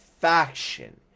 faction